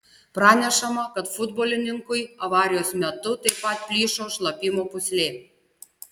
pranešama kad futbolininkui avarijos metu taip pat plyšo šlapimo pūslė